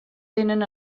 tenen